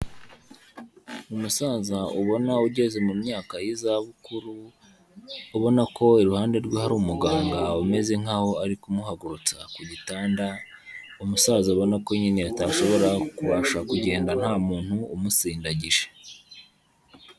Umusaza ubona ugeze mu myaka y'izabukuru, ubona ko iruhande rwe hari umuganga umeze nk'aho ari kumuhagurutsa ku gitanda, umusaza ubona ko nyine atashobora kubasha kugenda nta muntu umusindagije.